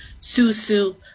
susu